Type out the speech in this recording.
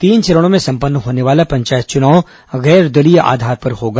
तीन चरणों में संपन्न होने वाला पंचायत चुनाव गैर दलीय आधार पर होगा